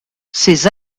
ces